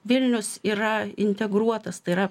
vilnius yra integruotas tai yra